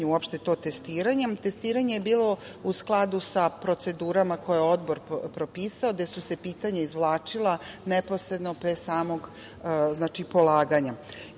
uopšte to testiranje. Testiranje je bilo u skladu sa procedurama koje je Odbor propisao, gde su se pitanja izvlačila neposredno pre samog polaganja. Ono